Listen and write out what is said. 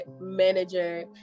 manager